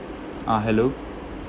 uh hello